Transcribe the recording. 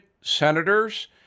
senators